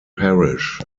parish